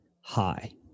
high